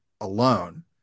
alone